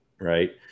right